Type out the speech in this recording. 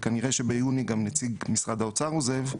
כנראה שביוני נציג משרד האוצר עוזב,